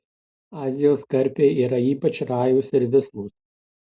azijos karpiai yra ypač rajūs ir vislūs